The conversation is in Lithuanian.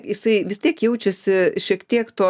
jisai vis tiek jaučiasi šiek to